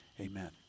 Amen